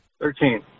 Thirteen